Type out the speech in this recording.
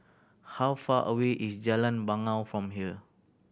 how far away is Jalan Bangau from here